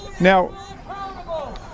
Now